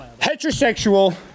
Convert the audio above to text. heterosexual